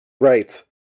Right